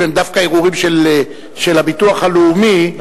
הם דווקא ערעורים של הביטוח הלאומי,